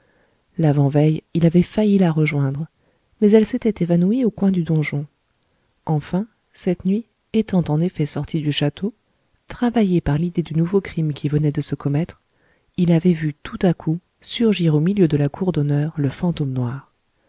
l'avant-veille il avait failli la rejoindre mais elle s'était évanouie au coin du donjon enfin cette nuit étant en effet sorti du château travaillé par l'idée du nouveau crime qui venait de se commettre il avait vu tout à coup surgir au milieu de la cour d'honneur le fantôme noir